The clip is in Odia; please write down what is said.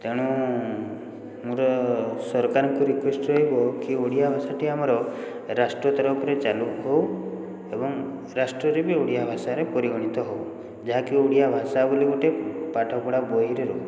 ତେଣୁ ମୋର ସରକାରଙ୍କୁ ରିକ୍ୱେଷ୍ଟ ରହିବ କି ଓଡ଼ିଆ ଭାଷାଟି ଆମର ରାଷ୍ଟ୍ର ତରଫରୁ ଚାଲୁ ହେଉ ଏବଂ ରାଷ୍ଟ୍ରରେ ବି ଓଡ଼ିଆ ଭାଷାରେ ପରିଗଣିତ ହେଉ ଯାହାକି ଓଡ଼ିଆ ଭାଷା ବୋଲି ଗୋଟେ ପାଠପଢ଼ା ବହିରେ